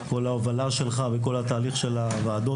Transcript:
כי זה הלך לקואליציוני זה יותר חשוב מזה,